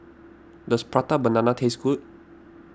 does Prata Banana taste good